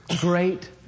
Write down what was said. great